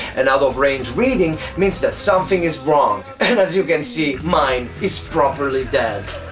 an out of range reading means that something is wrong. and as u can see mine is properly dead!